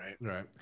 Right